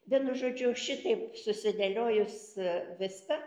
vienu žodžiu šitaip susidėliojus viską